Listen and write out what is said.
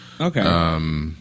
Okay